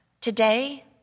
Today